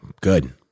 good